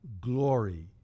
glory